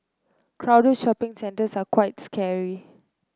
crowded shopping centres are quite scary